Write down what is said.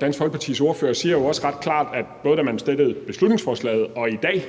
Dansk Folkepartis ordfører siger jo også ret klart, at både da man støttede beslutningsforslaget, og i dag